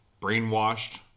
brainwashed